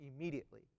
immediately